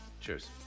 Cheers